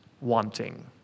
wanting